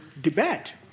debate